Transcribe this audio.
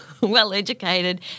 well-educated